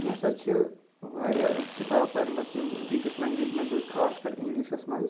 مےٚ ہسا چھِ واریاہ کِتابہٕ پَرِمَژ یِم بیٚکِس لینٛگویٚج مَنٛز ٲس خاص کَر اِنٛگلِشَس مَنٛز